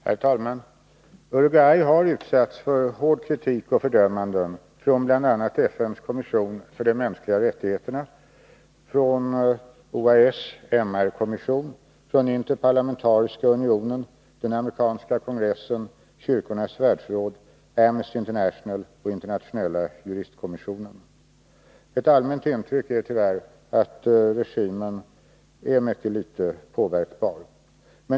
Herr talman! Uruguay har utsatts för hård kritik och fördömanden från bl.a. FN:s kommission för de mänskliga rättigheterna, från OAS MR kommission, från Interparlamentariska unionen, amerikanska kongressen, kyrkornas världsråd, Amnesty International och Internationella juristkommissionen. Ett allmänt intryck är tyvärr att regimen är mycket litet påverkbar.